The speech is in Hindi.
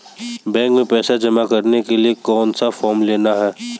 बैंक में पैसा जमा करने के लिए कौन सा फॉर्म लेना है?